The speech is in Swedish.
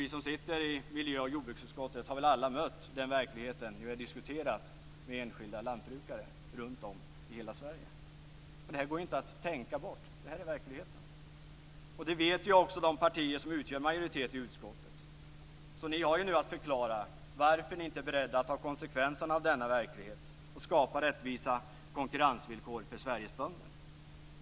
Vi som sitter i miljöoch jordbruksutskottet har väl alla mött den verkligheten när vi har diskuterat med enskilda lantbrukare runtom i hela Sverige. Detta går inte att tänka bort. Detta är verkligheten. Det vet också de partier som utgör majoriteten i utskottet. Ni har därför att förklara varför ni inte är beredda att ta konsekvenserna av denna verklighet och skapa rättvisa konkurrensvillkor för Sveriges bönder.